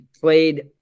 played